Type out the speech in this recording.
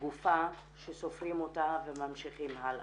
גופה שסופרים אותה וממשיכים הלאה.